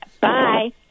Bye